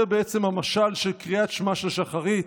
זה בעצם המשל של קריאת שמע של שחרית.